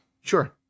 Sure